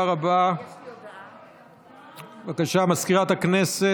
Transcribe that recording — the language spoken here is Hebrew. עברה בקריאה טרומית.